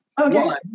Okay